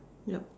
yup